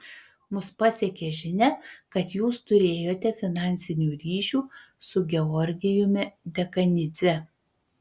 mus pasiekė žinia kad jūs turėjote finansinių ryšių su georgijumi dekanidze